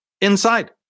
inside